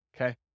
okay